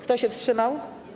Kto się wstrzymał?